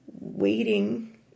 waiting